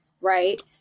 Right